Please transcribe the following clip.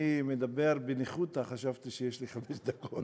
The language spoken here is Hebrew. אני מדבר בניחותא, חשבתי שיש לי חמש דקות.